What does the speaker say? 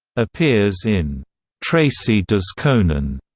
appears in tracy does conan,